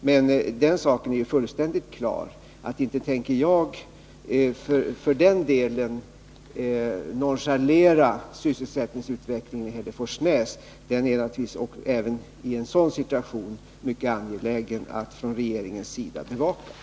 Men det är fullständigt klart att jag inte tänker nonchalera sysselsättningsutvecklingen i Hälleforsnäs — det är naturligtvis mycket angeläget för regeringen att bevaka den även i en sådan situation.